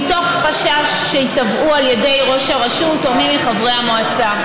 מתוך חשש שייתבעו על ידי ראש הרשות או מי מחברי המועצה.